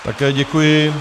Také děkuji.